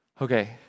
Okay